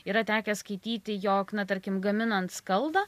yra tekę skaityti jog na tarkim gaminant skaldą